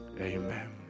Amen